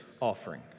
offering